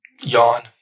Yawn